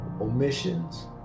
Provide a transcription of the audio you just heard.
omissions